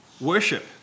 Worship